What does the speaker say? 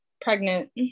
Pregnant